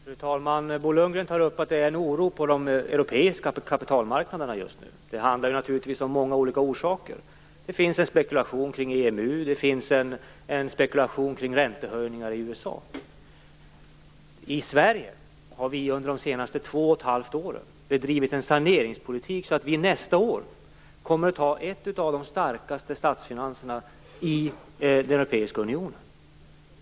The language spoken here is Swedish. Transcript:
Fru talman! Bo Lundgren tar upp att det finns en oro på de europeiska kapitalmarknaderna just nu. Det har naturligtvis en mängd olika orsaker. Det spekuleras om EMU och om räntehöjningar i USA. I Sverige har vi under de senaste två och ett halvt åren bedrivit en saneringspolitik som gör att vi nästa år kommer att ha en av de starkaste statsfinanserna i den europeiska unionen.